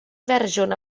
fersiwn